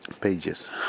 pages